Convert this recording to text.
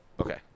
Okay